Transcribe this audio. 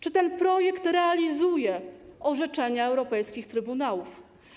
Czy ten projekt realizuje orzeczenia europejskich trybunałów?